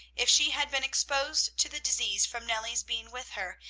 if she had been exposed to the disease from nellie's being with her,